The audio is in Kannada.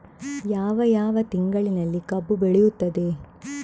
ಯಾವ ಯಾವ ತಿಂಗಳಿನಲ್ಲಿ ಕಬ್ಬು ಬೆಳೆಯುತ್ತದೆ?